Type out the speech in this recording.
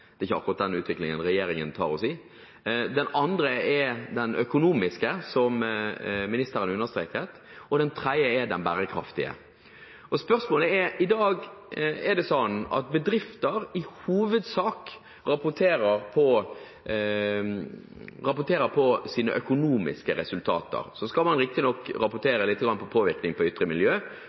Det er ikke akkurat den utviklingen regjeringen tar oss inn i. Det andre er det økonomiske, som ministeren understreket, og det tredje er det bærekraftige. Spørsmålet er: I dag er det sånn at bedrifter i hovedsak rapporterer på sine økonomiske resultater. Så skal man riktignok rapportere litt på påvirkning på ytre miljø,